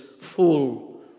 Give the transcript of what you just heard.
full